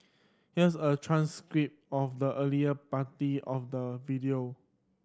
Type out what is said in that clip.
here's a transcript of the earlier part of the video